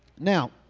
Now